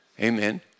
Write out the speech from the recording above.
Amen